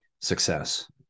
success